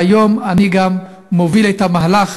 והיום אני גם מוביל את המהלך,